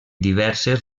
diverses